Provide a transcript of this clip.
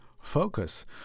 Focus